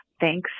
Thanks